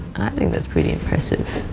think that's pretty impressive.